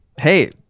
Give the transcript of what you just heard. Hey